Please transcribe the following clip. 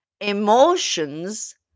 emotions